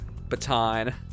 baton